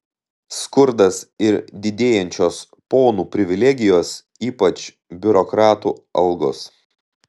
skurdas ir didėjančios ponų privilegijos ypač biurokratų algos